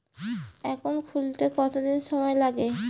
Account খুলতে কতদিন সময় লাগে?